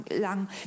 lang